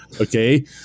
Okay